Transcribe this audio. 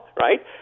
right